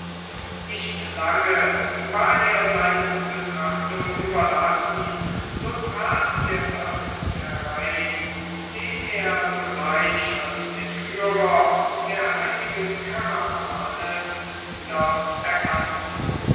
nicht lange war er seinen betrachtungen überlassen so trat der wirt herein den er sogleich als den führer der heiligen karawane wiedererkannte